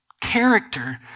character